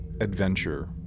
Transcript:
adventure